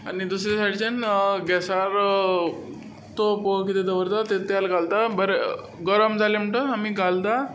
आनी दुसरे सायडीच्यान गॅसार तोप वा कितें दवरता तातूंत तेल घालता बरें गरम जालें म्हणटकच आमी घालता